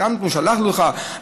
שלחנו לך,